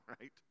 right